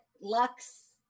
lux